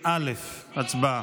הצבעה.